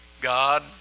God